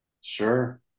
Sure